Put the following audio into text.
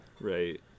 right